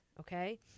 Okay